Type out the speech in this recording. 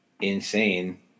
insane